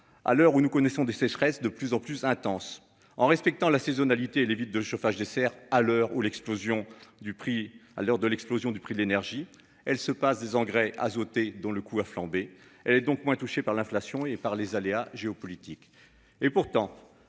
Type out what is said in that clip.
à l'heure où nous connaissons des sécheresses de plus en plus intenses en respectant la saisonnalité et les vitres de chauffage des serres à l'heure où l'explosion du prix. À l'heure de l'explosion du prix de l'énergie. Elle se passe des engrais azotés, dont le coût a flambé et donc moins touchés par l'inflation et par les aléas géopolitiques. Et pourtant,